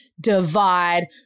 divide